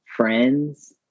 Friends